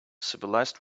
civilized